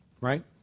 right